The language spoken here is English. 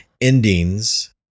endings